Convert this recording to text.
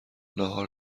نهار